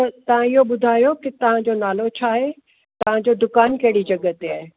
तव्हां इहो ॿुधायो की तव्हां जो नालो छा आहे तव्हां जो दुकानु कहिड़ी जॻहि ते आहे